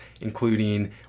including